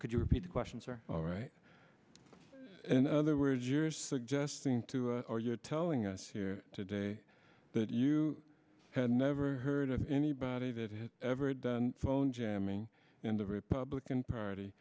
could you repeat the questions are all right in other words you're suggesting to or you're telling us here today that you had never heard of anybody that had ever done phone jamming in the republican party